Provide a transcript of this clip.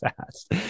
fast